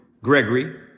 Gregory